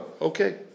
Okay